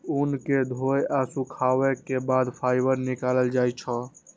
ऊन कें धोय आ सुखाबै के बाद फाइबर निकालल जाइ छै